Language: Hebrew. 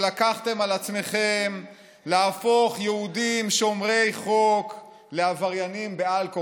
שלקחתם על עצמכם למשימה להפוך קרקעות מדינה לקרקעות פרטיות של פלסטינים?